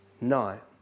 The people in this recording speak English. night